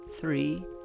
Three